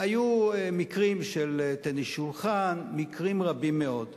היו מקרים של טניס שולחן, מקרים רבים מאוד.